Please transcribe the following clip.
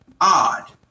odd